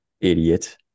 idiot